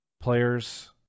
players